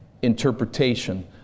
interpretation